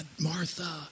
Martha